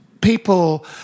people